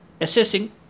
assessing